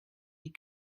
die